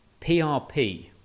prp